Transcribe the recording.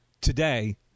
today